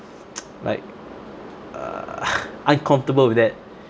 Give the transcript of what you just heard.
like uh uncomfortable with that